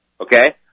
Okay